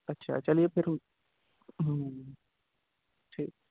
اچھا چلیے پھر ٹھیک